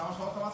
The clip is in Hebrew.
כמה שעות, אז?